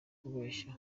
kubeshya